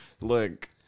Look